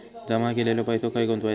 जमा केलेलो पैसो खय गुंतवायचो?